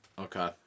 Okay